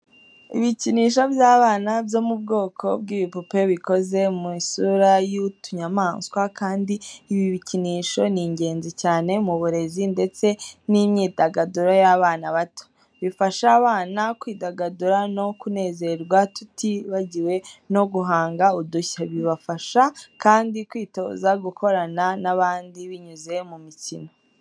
Ibikinisho by’abana byo mu bwoko bw'ibipupe bikoze mu isura y'utunyamaswa kandi ibi bikinisho ni ingenzi cyane mu burezi ndetse n’imyidagaduro y’abana bato. Bifasha abana kwidagadura no kunezerwa tutibagiwe no guhanga udushya. Bibafasha kandi kwitoza gukorana n’abandi binyuze mu mikino.